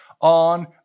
on